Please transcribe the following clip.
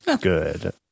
good